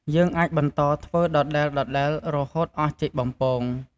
យើងអាចបន្តធ្វើដដែលៗ រហូតអស់ចេកបំពង។